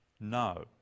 No